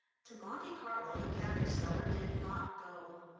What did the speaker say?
to monte carlo the cabbage seller did not go.